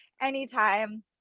anytime